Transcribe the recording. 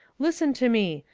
listen to me.